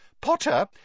Potter